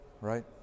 right